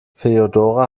feodora